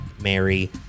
Mary